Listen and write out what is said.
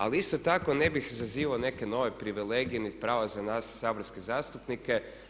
Ali isto tako ne bih zazivao neke nove privilegije niti prava za nas saborske zastupnike.